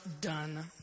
done